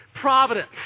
providence